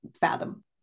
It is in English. fathom